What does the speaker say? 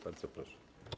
Bardzo proszę.